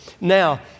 Now